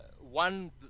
one